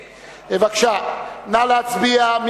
בבקשה, נא להצביע.